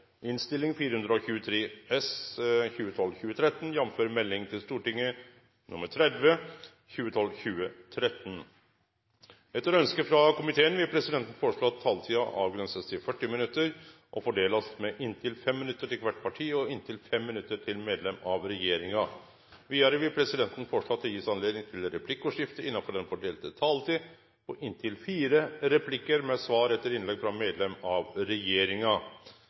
innstilling. Flere har ikke bedt om ordet til sak nr. 26. Etter ønske fra finanskomiteen vil presidenten foreslå at taletiden begrenses til 24 minutter og fordeles med inntil 3 minutter til hvert parti og inntil 3 minutter til medlem av regjeringen. Videre vil presidenten foreslå at det ikke blir gitt anledning til replikker. Videre blir det foreslått at de som måtte tegne seg på talerlisten utover den fordelte taletid, får en taletid på inntil